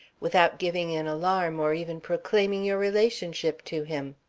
without giving an alarm or even proclaiming your relationship to him?